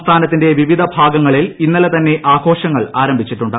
സംസ്ഥാനത്തിന്റെ വിവിധ ഭാഗങ്ങളിൽ ഇന്നലെതന്നെ ആഘോഷങ്ങൾ ആരംഭിച്ചിട്ടുണ്ട്